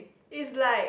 is like